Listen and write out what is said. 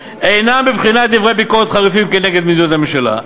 אינם בבחינת דברי ביקורת חריפים נגד מדיניות הממשלה,